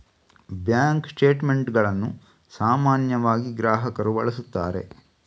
bank ಸ್ಟೇಟ್ ಮೆಂಟುಗಳನ್ನು ಸಾಮಾನ್ಯವಾಗಿ ಗ್ರಾಹಕರು ಬಳಸುತ್ತಾರೆ